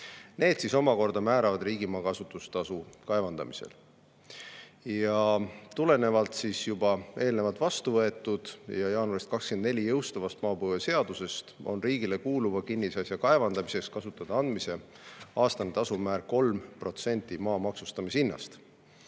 Need omakorda määravad riigimaa kasutustasu kaevandamisel. Ja tulenevalt eelnevalt vastu võetud ja jaanuaris 2024 jõustuvast maapõueseadusest on riigile kuuluva kinnisasja kaevandamiseks kasutada andmise aastatasu määr 3% maa maksustamishinnast. Nüüd